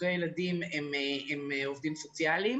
חוקרי ילדים הם עובדים סוציאליים